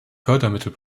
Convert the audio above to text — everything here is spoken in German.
fördermittel